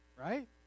Right